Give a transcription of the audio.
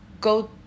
go